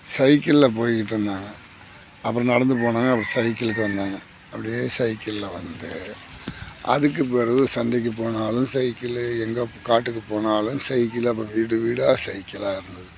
சைக்கிளில் போய்கிட்டு இருந்தாங்க அப்புறம் நடந்து போனாங்க அப்புறம் சைக்கிளுக்கு வந்தாங்க அப்படியே சைக்கிளில் வந்து அதுக்கு பிறவு சந்தைக்கு போனாலும் சைக்கிளு எங்கே காட்டுக்கு போனாலும் சைக்கிளு அப்போ வீடு வீடாக சைக்கிள்லாம் இருந்துது